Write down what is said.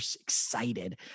excited